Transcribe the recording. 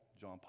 John